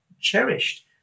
cherished